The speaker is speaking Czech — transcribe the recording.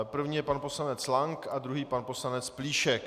První je pan poslanec Lank a druhý pan poslanec Plíšek.